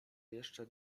jeszcze